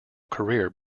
career